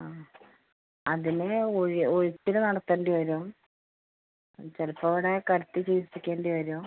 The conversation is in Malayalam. ആ അതിൽ ഉഴി ഉഴിച്ചിൽ നടത്തേണ്ടി വരും ചിലപ്പം ഇവിടെ കിടത്തി ചികിൽസിക്കേണ്ടി വരും